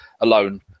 alone